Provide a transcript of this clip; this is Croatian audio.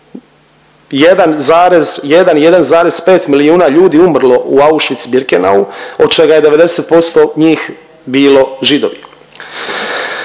1,5 milijuna ljudi umrlo u Auschwitz-Birkenau od čega je 90% njih bilo Židovi.